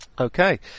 Okay